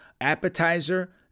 Appetizer